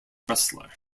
wrestler